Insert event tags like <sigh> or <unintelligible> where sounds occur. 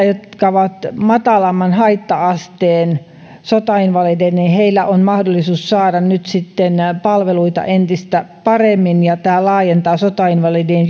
<unintelligible> jotka ovat matalamman haitta asteen sotainvalideja on mahdollisuus saada nyt sitten palveluita entistä paremmin ja tämä laajentaa niiden sotainvalidien <unintelligible>